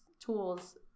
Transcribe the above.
tools